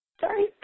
Sorry